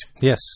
Yes